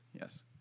Yes